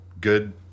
good